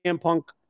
Punk